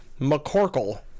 McCorkle